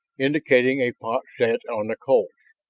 indicating a pot set on the coals.